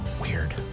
Weird